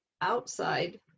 outside